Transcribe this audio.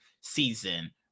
season